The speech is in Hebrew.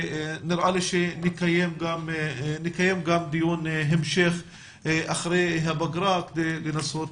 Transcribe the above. נראה לי שנקיים גם דיון המשך אחרי הפגרה כדי לנסות